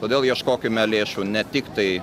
todėl ieškokime lėšų ne tiktai